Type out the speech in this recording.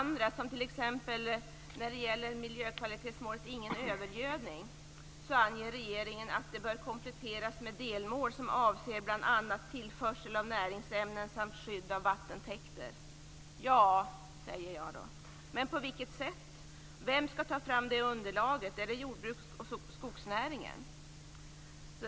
När det gäller andra, t.ex. kvalitetsmålet ingen övergödning, anger regeringen att det bör kompletteras med delmål som avser bl.a. Ja, säger jag då, men på vilket sätt? Vem skall ta fram detta underlag? Är det jordbruks och skogsnäringen?